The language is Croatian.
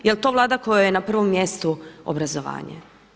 Jel' to Vlada kojoj je na prvom mjestu obrazovanje?